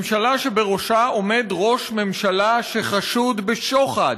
ממשלה שבראשה עומד ראש ממשלה שחשוד בשוחד.